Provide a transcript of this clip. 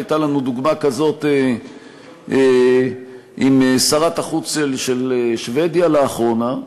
שהייתה לנו דוגמה כזאת עם שרת החוץ של שבדיה לאחרונה.